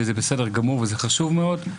זה בסדר גמור, וזה חשוב מאוד.